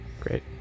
Great